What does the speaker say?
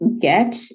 get